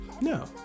No